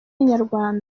n’inyarwanda